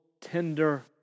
tender